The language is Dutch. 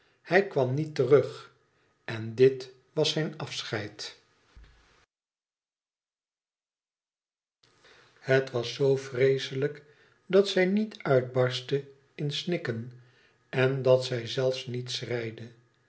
hij kwam niet terug en dit was zijn afscheid het was zoo vreeslijk dat zij niet uitbarstte in snikken en dat zij zelfs niet